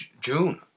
June